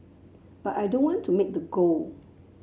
but I don't want to make the goal